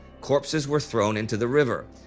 corpses were thrown into the river.